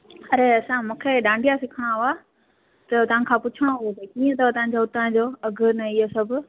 अरे असां मूंखे डांडिया सिखणा हुआ त तव्हांखां पुछिणो हो भई कीअं अथव तव्हांजे हुतांजो अघि न हीय सभु